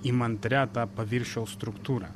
įmantria ta paviršiaus struktūra